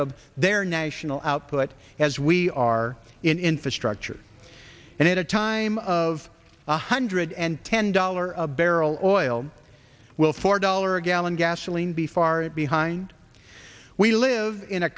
of their national output as we are in infrastructure and at a time of one hundred and ten dollars a barrel oil will four dollar a gallon gasoline be far behind we live in a